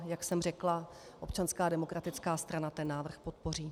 Jak jsem řekla, Občanská demokratická strana návrh podpoří.